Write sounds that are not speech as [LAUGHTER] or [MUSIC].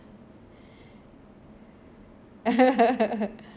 [LAUGHS]